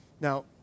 Now